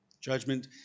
Judgment